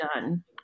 done